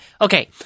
okay